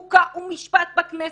חוקה ומשפט בכנסת.